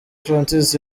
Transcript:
francis